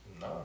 No